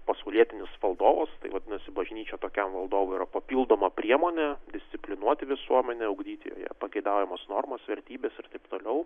pasaulietinis valdovas tai vadinasi bažnyčia tokiam valdovui yra papildoma priemonė disciplinuoti visuomenę ugdyti joje pageidaujamas normas vertybes ir taip toliau